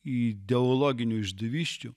ideologinių išdavysčių